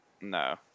No